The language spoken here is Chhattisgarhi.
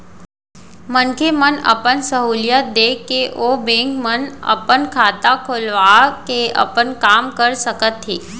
मनखे मन अपन सहूलियत देख के ओ बेंक मन म अपन खाता खोलवा के अपन काम कर सकत हें